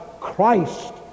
Christ